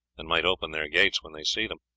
and might open their gates when they see them,